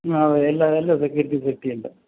ആ എല്ലാം എല്ലാം സെക്യൂരിറ്റി സേഫ്റ്റി ഉണ്ട്